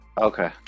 Okay